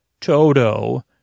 Toto